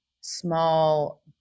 small